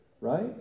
Right